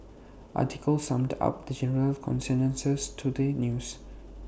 article summed up the general consensus to the news